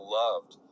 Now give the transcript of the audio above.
loved